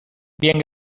bien